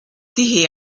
die